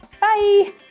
bye